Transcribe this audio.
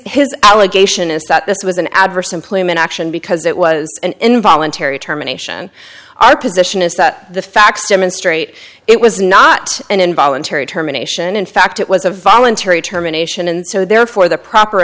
his allegation is that this was an adverse employment action because it was an involuntary terminations our position is that the facts demonstrate it was not an involuntary terminations in fact it was a voluntary terminations and so therefore the proper